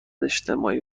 اجتماعی